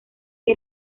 que